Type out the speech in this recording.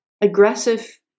aggressive